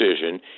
decision